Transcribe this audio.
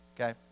Okay